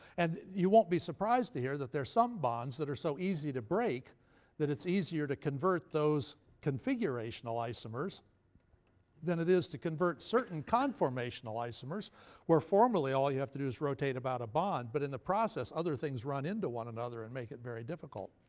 and you won't be surprised to hear that there are some bonds that are so easy to break that it's easier to convert those configurational isomers than it is to convert certain conformational isomers where formally all you have to do is rotate about a bond, but in the process other things run into one another and make it very difficult.